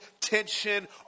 tension